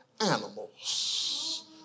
animals